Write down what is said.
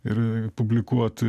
ir publikuot